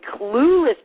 clueless